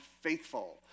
faithful